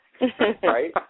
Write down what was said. Right